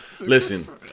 Listen